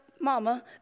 Mama